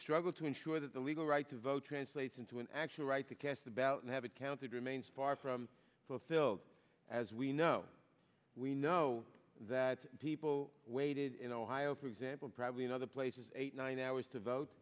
struggle to ensure that the legal right to vote translates into an actual right to cast a ballot and have it counted remains far from fulfilled as we know we know that people waited in ohio for example probably in other places eight nine hours to